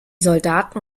soldaten